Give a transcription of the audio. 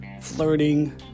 flirting